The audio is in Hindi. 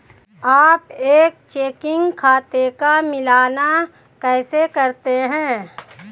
आप एक चेकिंग खाते का मिलान कैसे करते हैं?